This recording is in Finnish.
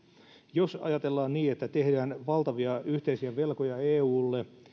jos ajatellaan että tehdään valtavia yhteisiä velkoja eulle